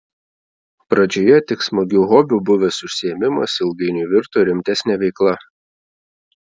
pradžioje tik smagiu hobiu buvęs užsiėmimas ilgainiui virto rimtesne veikla